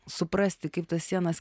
suprasti kaip tas sienas